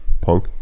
punk